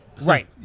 Right